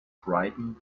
frightened